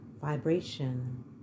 vibration